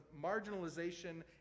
marginalization